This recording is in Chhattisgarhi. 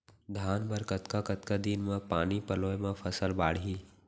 धान बर कतका कतका दिन म पानी पलोय म फसल बाड़ही?